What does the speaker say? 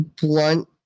blunt